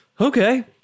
Okay